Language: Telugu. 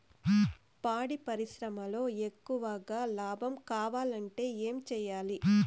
పాడి పరిశ్రమలో ఎక్కువగా లాభం కావాలంటే ఏం చేయాలి?